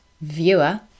viewer